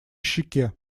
щеке